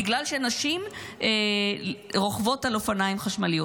בגלל שנשים רוכבות על אופניים חשמליים.